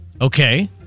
okay